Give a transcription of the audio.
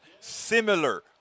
similar